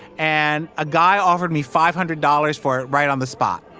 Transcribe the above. and a guy offered me five hundred dollars for it right on the spot.